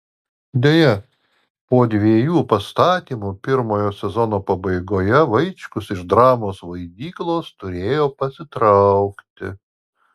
deja po dviejų pastatymų pirmojo sezono pabaigoje vaičkus iš dramos vaidyklos turėjo pasitraukti